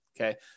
Okay